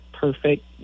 perfect